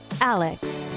Alex